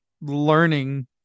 learning